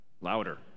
Louder